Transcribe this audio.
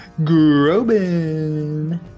Groban